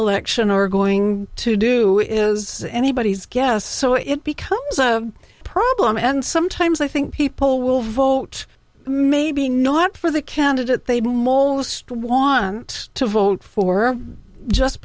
election are going to do is anybody's guess so it becomes a problem and sometimes i think people will vote maybe not for the candidate they maul most want to vote